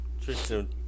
Tristan